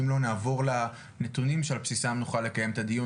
נעבור לנתונים שעל בסיסם נוכל לקיים את הדיון,